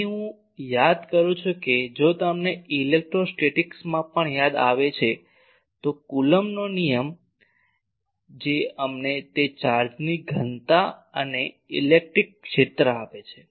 અહીં હું યાદ કરું છું કે જો તમને ઇલેક્ટ્રોસ્ટેટિક્સમાં પણ યાદ આવે છે તો કુલમ્બનો કાયદો જે અમને તે ચાર્જની ઘનતા અને ઇલેક્ટ્રિક ક્ષેત્ર આપે છે